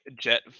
jet